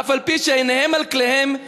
אף-על-פי שעיניהם על כליהם,